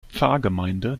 pfarrgemeinde